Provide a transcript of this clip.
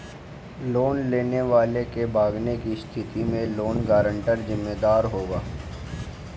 loan लेने वाले के भागने की स्थिति में लोन गारंटर जिम्मेदार होगा